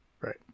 Right